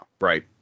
Right